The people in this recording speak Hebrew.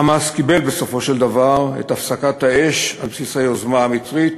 ה"חמאס" קיבל בסופו של דבר את הפסקת האש על בסיס היוזמה המצרית,